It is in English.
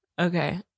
Okay